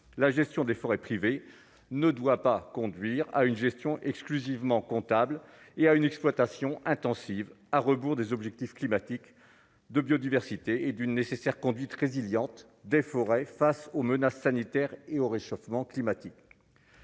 la gestion des forêts privées ne doit pas conduire à une gestion exclusivement comptable et à une exploitation intensive à rebours des objectifs climatiques de biodiversité et d'une nécessaire conduite résilientes des forêts face aux menaces sanitaires et au réchauffement climatique.